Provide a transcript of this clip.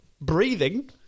Breathing